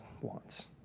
wants